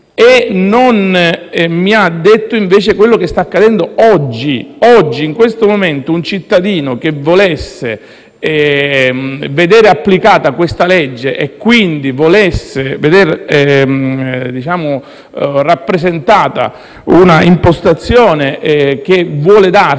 e non mi ha detto invece ciò che sta accadendo oggi. Oggi, in questo momento, un cittadino che volesse vedere applicata questa legge e quindi volesse veder rappresentata l'impostazione che vuole darsi